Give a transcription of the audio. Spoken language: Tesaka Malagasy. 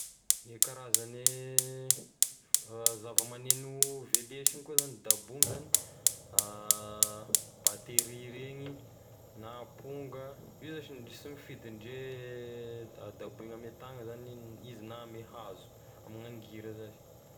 Gne karazane zavamagneno velesiny koa zany dabohiny zany: batery regny na amponga io zash ndre sy mifidy ndre a daboigny ame tagna zany izy na ame hazo amegnany gira zashy.